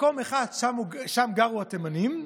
היה מקום אחד ששם גרו התימנים.